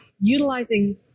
utilizing